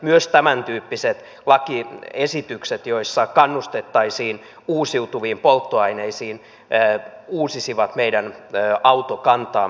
myös tämäntyyppiset lakiesitykset joissa kannustettaisiin uusiutuviin polttoaineisiin uusisivat meidän autokantaamme